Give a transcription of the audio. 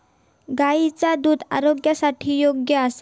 गायीचा दुध आरोग्यासाठी योग्य असता